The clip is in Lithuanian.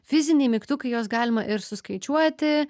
fiziniai mygtukai juos galima ir suskaičiuoti